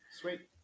Sweet